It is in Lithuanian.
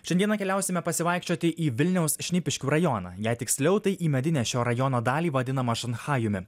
šiandieną keliausime pasivaikščioti į vilniaus šnipiškių rajoną jei tiksliau tai į medinę šio rajono dalį vadinamą šanchajumi